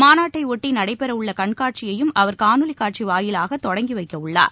மாநாட்டைஒட்டிநடைபெறவுள்ளகண்காட்சியையும் அவர் காணொலிகாட்சிவாயிலாகதொடங்கிவைக்கவுள்ளார்